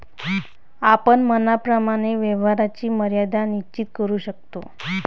आपण मनाप्रमाणे व्यवहाराची मर्यादा निश्चित करू शकतो